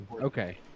okay